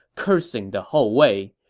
cursing the whole way.